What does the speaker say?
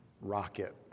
Rocket